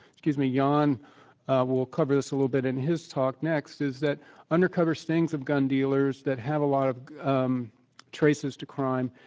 excuse me, jon will cover this a little bit in his talk next is that undercover stings of gun dealers that have a lot of traces to crime,